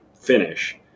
finish